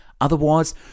Otherwise